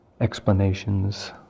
explanations